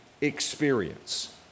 experience